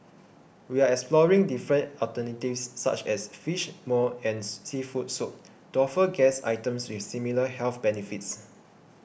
we are exploring different alternatives such as Fish Maw and seafood soup to offer guests items with similar health benefits